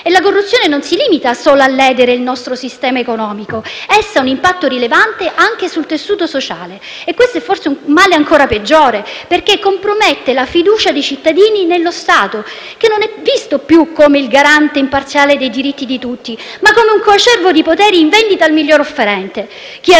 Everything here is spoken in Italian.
La corruzione non si limita solo a ledere il nostro sistema economico; essa ha un impatto rilevante anche sul tessuto sociale. Questo è forse un male ancora peggiore perché compromette la fiducia dei cittadini nello Stato, che non è più visto come il garante imparziale dei diritti di tutti, ma come un coacervo di poteri in vendita al miglior offerente.